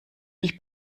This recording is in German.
ich